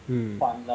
hmm